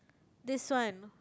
this one